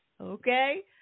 Okay